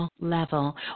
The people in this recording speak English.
level